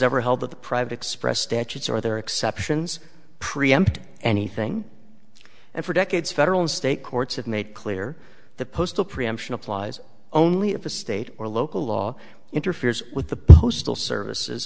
ever held that the private spread statutes or there are exceptions preempt anything and for decades federal and state courts have made clear that postal preemption applies only if the state or local law interferes with the postal services